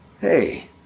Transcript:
hey